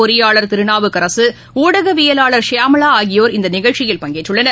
பொறியாளர் திருநாவுக்கரசு ஊடகவியலாளர் சியாமளா ஆகியோர் இந்த நிகழ்ச்சியில் பங்கேற்றுள்ளனர்